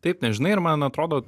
taip nežinai ir man atrodo